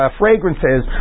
fragrances